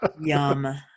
yum